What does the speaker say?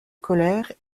colère